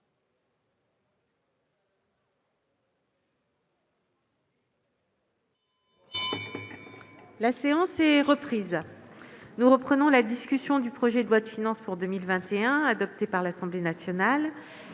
La séance est reprise. Nous reprenons la discussion du projet de loi de finances pour 2021, adopté par l'Assemblée nationale.